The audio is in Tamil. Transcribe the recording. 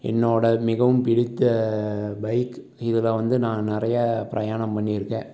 என்னோடய மிகவும் பிடித்த பைக் இதில் வந்து நான் நிறைய பிரயாணம் பண்ணியிருக்கேன்